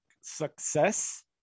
success